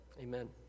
Amen